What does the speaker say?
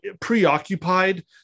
preoccupied